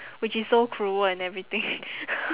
which is so cruel and everything